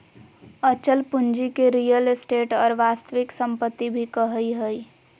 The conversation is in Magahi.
अचल पूंजी के रीयल एस्टेट और वास्तविक सम्पत्ति भी कहइ हइ